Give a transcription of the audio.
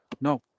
no